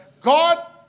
God